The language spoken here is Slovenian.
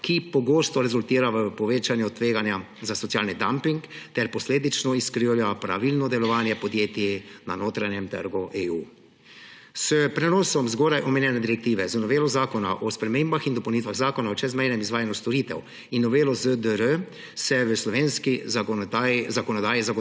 ki pogosto rezultira v povečanju tveganja za socialni damping ter posledično izkrivlja pravilno delovanje podjetij na notranjem trgu EU. S prenosom zgoraj omenjene direktive z novelo zakona o spremembah in dopolnitvah Zakona o čezmejnem izvajanju storitev in novelo ZDR se v slovenski zakonodaji zagotavlja: